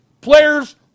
players